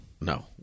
No